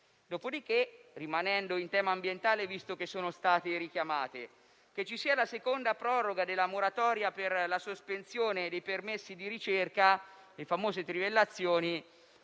accumulati. Rimanendo in tema ambientale, visto che sono state richiamate, che ci sia la seconda proroga della moratoria per la sospensione dei permessi di ricerca (le famose trivellazioni)